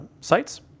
sites